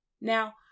Now